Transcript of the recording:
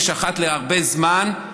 יש אחת להרבה זמן,